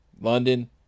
London